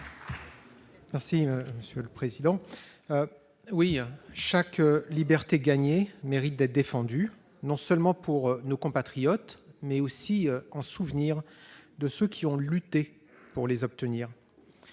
explication de vote. Chaque liberté gagnée mérite d'être défendue, non seulement pour nos compatriotes, mais aussi en souvenir de ceux qui ont lutté pour les obtenir.